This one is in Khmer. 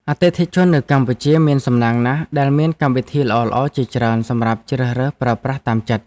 អតិថិជននៅកម្ពុជាមានសំណាងណាស់ដែលមានកម្មវិធីល្អៗជាច្រើនសម្រាប់ជ្រើសរើសប្រើប្រាស់តាមចិត្ត។